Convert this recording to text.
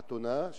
חתונה,